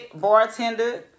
bartender